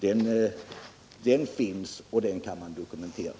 Men historien finns, och den kan man dokumentera.